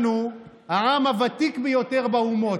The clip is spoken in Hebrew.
אנחנו העם הוותיק ביותר באומות,